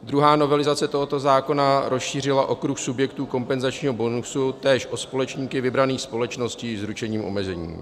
Druhá novelizace tohoto zákona rozšířila okruh subjektů kompenzačního bonusu též o společníky vybraných společností s ručením omezeným.